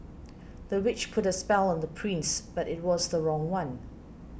the witch put a spell on the prince but it was the wrong one